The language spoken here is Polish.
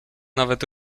nawet